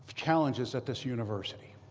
challenges at this university.